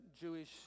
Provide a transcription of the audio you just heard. Jewish